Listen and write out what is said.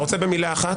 אתה רוצה במילה אחת?